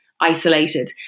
isolated